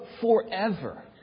forever